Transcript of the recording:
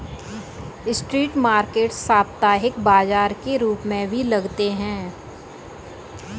street market साप्ताहिक बाजार के रूप में भी लगते हैं